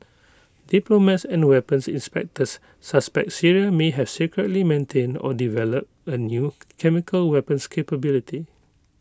diplomats and weapons inspectors suspect Syria may have secretly maintained or developed A new chemical weapons capability